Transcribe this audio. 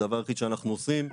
הדבר היחיד שאנחנו עושים,